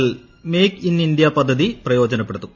L make in India പദ്ധതി പ്രയോജനപ്പെടുത്തും